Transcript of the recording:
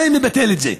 זה מבטל את זה.